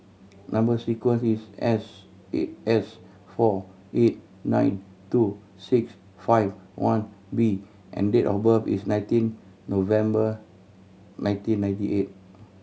number sequence is S S four eight nine two six five one B and date of birth is nineteen November nineteen ninety eight